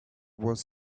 was